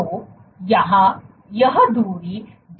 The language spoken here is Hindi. तो यह दूरी Dwall है